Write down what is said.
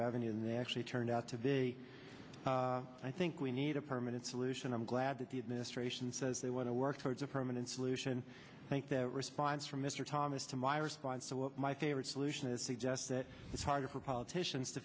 revenue and they actually turned out to be i think we need a permanent solution i'm glad that the administration says they want to work towards a permanent solution i think the response from mr thomas to my response to my favorite solution is suggest that it's harder for politicians to